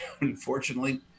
unfortunately